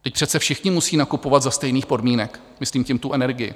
Vždyť přece všichni musí nakupovat za stejných podmínek, myslím tím energii.